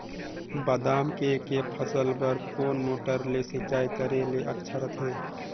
बादाम के के फसल बार कोन मोटर ले सिंचाई करे ले अच्छा रथे?